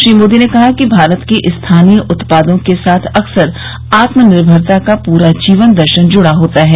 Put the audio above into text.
श्री मोदी ने कहा कि भारत के स्थानीय उत्पादों के साथ अकसर आत्म निर्भरता का पूरा जीवन दर्शन जुड़ा होता है